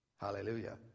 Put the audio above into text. Hallelujah